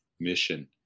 mission